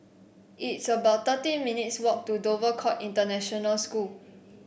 it's about thirteen minutes' walk to Dover Court International School